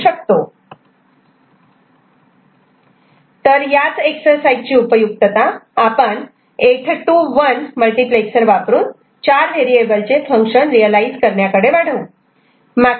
तर या एक्सरसाइज ची उपयुक्तता आपण 8 to 1 मल्टिप्लेक्सर वापरून चार व्हेरिएबलचे फंक्शन रियलायझ करण्याकडे वाढवू